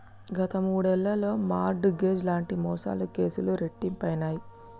గత మూడేళ్లలో mortgage లాంటి మోసాల కేసులు రెట్టింపయినయ్